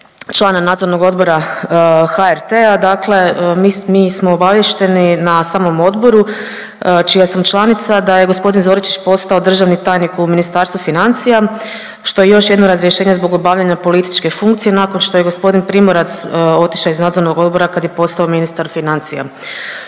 člana NO HRT-a, dakle mi smo obaviješteni na samom odboru čija sam članica da je g. Zoričić postao državni tajnik u Ministarstvu financija što je još jedno razrješenje zbog obavljanja političke funkcije, nakon što je g. Primorac otišao iz NO kad je postao ministar financija.